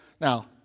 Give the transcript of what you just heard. Now